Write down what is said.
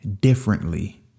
differently